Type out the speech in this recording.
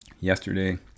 Yesterday